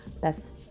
best